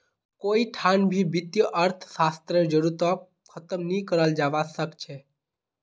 कोई ठान भी वित्तीय अर्थशास्त्ररेर जरूरतक ख़तम नी कराल जवा सक छे